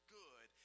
good